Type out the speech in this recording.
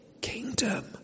kingdom